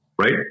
Right